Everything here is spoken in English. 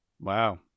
Wow